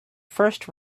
first